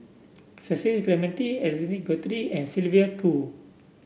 Cecil Clementi and Sylvia Kho